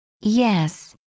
yes